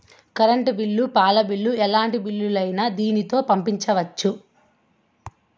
current bill పాల bill ఎలాంటి బిల్లులైనా దీనితోనే పంపొచ్చు